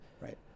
Right